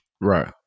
right